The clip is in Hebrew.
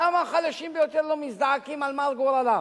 למה החלשים ביותר לא מזדעקים על מר גורלם?